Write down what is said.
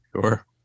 Sure